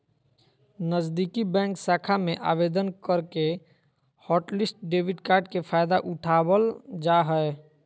नजीदीकि बैंक शाखा में आवेदन करके हॉटलिस्ट डेबिट कार्ड के फायदा उठाबल जा हय